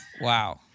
wow